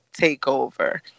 takeover